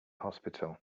hospital